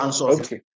Okay